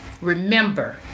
Remember